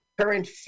current